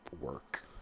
work